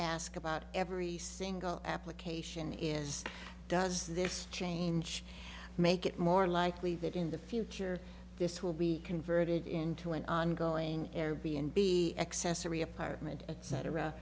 ask about every single application is does this change make it more likely that in the future this will be converted into an ongoing air b n b accessory apartment et